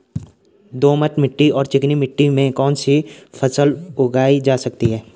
दोमट मिट्टी और चिकनी मिट्टी में कौन कौन सी फसलें उगाई जा सकती हैं?